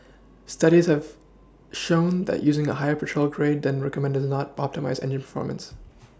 Studies have shown that using a higher petrol grade than recommended does not optimise engine performance